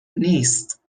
نیست